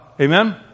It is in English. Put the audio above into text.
Amen